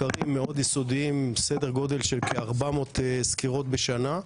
סדר גודל של כ-400 סקירות בשנה.